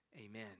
amen